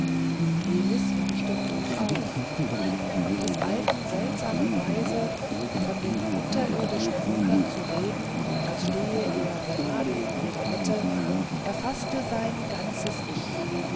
elis horchte hoch auf des alten seltsame weise von den unterirdischen wundern zu reden als stehe er gerade in ihrer mitte erfaßte sein ganzes ich